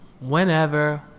Whenever